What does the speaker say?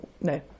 no